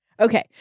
Okay